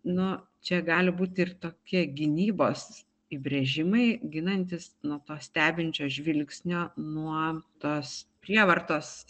nu čia gali būti ir tokie gynybos įbrėžimai ginantis nuo to stebinčio žvilgsnio nuo tos prievartos